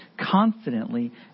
confidently